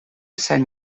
sant